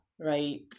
right